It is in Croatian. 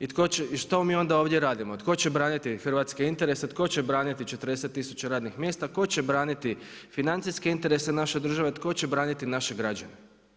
i što mi onda ovdje radimo, tko će braniti hrvatske interese, tko će braniti 40 tisuća radnih mjesta, tko će braniti financijske interese države, tko će braniti naše građane?